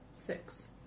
Six